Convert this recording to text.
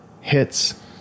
hits